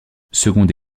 seconde